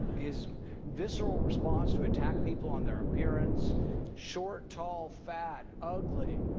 his visceral response to attack people on their appearance short, tall, fat, ugly.